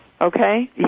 Okay